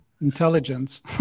intelligence